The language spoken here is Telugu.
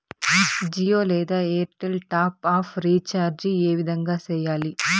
జియో లేదా ఎయిర్టెల్ టాప్ అప్ రీచార్జి ఏ విధంగా సేయాలి